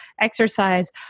exercise